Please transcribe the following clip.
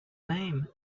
name